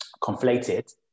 conflated